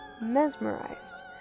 mesmerized